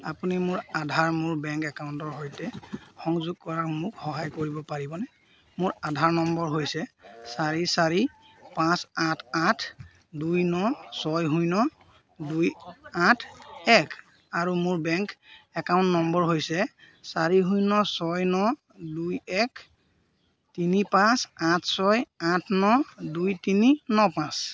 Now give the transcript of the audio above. আপুনি মোৰ আধাৰ মোৰ বেংক একাউণ্টৰ সৈতে সংযোগ কৰাত মোক সহায় কৰিব পাৰিবনে মোৰ আধাৰ নম্বৰ হৈছে চাৰি চাৰি পাঁচ আঠ আঠ দুই ন ছয় শূন্য দুই আঠ এক আৰু মোৰ বেংক একাউণ্ট নম্বৰ হৈছে চাৰি শূন্য ছয় ন দুই এক তিনি পাঁচ আঠ ছয় আঠ ন দুই তিনি ন পাঁচ